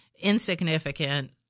insignificant